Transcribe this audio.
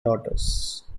daughters